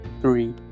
Three